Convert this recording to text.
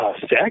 sex